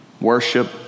worship